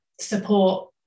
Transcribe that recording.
support